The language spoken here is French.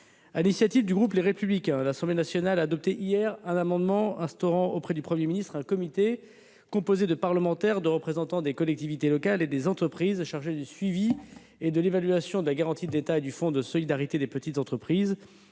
l'initiative du groupe Les Républicains, l'Assemblée nationale a adopté hier un amendement instituant auprès du Premier ministre un comité composé de parlementaires, de représentants des collectivités locales et des entreprises, chargé du suivi et de l'évaluation de la garantie de l'État et du fonds de solidarité des petites entreprises.